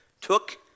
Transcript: took